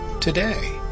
today